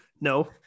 No